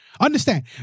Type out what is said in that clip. Understand